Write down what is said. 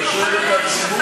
אני שואל את הציבור.